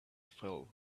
fell